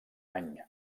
any